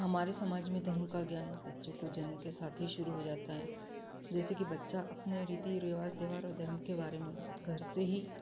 हमारे समाज में धर्म का ज्ञान बच्चों को जन्म के साथ ही शुरू हो जाता है जैसे कि बच्चा अपने रीति रिवाज त्योहार और धर्म के बारे में घर से ही